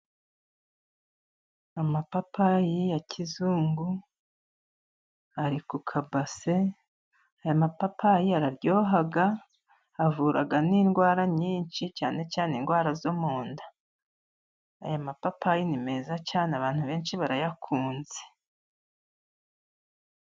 Amapapayi ya kizungu ari ku kabase. Aya mapapayi araryoha, avura n'indwara nyinshi, cyane cyane indwara zo mu nda. Aya mapapayi ni meza cyane, abantu benshi barayakunze.